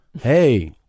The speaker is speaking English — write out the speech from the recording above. Hey